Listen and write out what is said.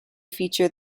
feature